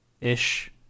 Ish